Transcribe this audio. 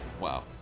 wow